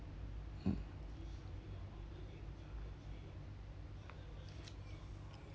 mm